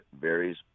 varies